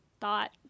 thought